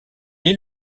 est